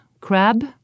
crab